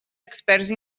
experts